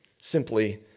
Simply